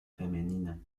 femenina